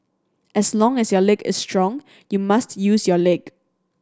as long as your leg is strong you must use your leg